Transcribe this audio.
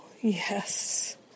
Yes